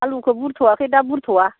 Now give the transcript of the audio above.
आलुखौ बुरथ'आखै दा बुरथ'आ